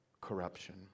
corruption